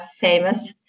famous